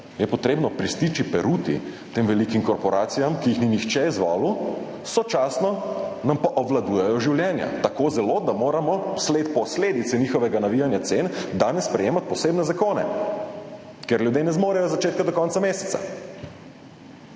je potrebno pristriči peruti tem velikim korporacijam, ki jih ni nihče izvolil, sočasno nam pa obvladujejo življenja, tako zelo, da moramo kot posledico njihovega navijanja cen danes sprejemati posebne zakone, ker ljudje ne zmorejo od začetka do konca meseca.